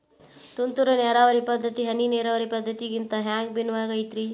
ತುಂತುರು ನೇರಾವರಿ ಪದ್ಧತಿ, ಹನಿ ನೇರಾವರಿ ಪದ್ಧತಿಗಿಂತ ಹ್ಯಾಂಗ ಭಿನ್ನವಾಗಿ ಐತ್ರಿ?